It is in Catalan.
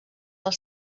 del